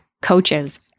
coaches